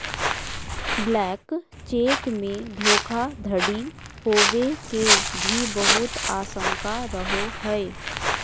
blank cheque मे धोखाधडी होवे के भी बहुत आशंका रहो हय